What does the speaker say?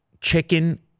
chicken